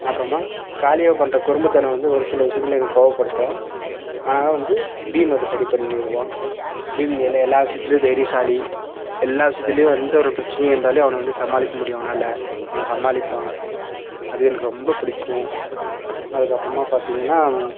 அப்புறமா காளியா பண்ணுற குறும்புத்தனம் வந்து ஒரு சில விஷயத்துல என்ன கோபப்படுத்தும் ஆனாலும் வந்து பீம் அதை சரி பண்ணிடுவான் பீம் எல் எல்லா விஷயத்துலையும் தைரியசாலி எல்லா விஷயத்துலையும் எந்த ஒரு பிரச்சினையா இருந்தாலும் அவனை வந்து சமாளிக்க முடியும் அவனால் அவன் சமாளிப்பான் அது எனக்கு ரொம்ப பிடிக்கும் அதுக்கப்புறமா பார்த்திங்கன்னா